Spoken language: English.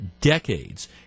decades